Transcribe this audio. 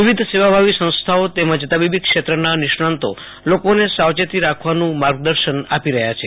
વિવિધ સેવાભાવી સંસ્થાઓ તેમજ તબીબી ક્ષેત્રના નિષ્ણાંતો લોકોને સાવચેતી રાખવાનું માર્ગદર્શન આપી રહ્યા છે